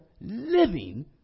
living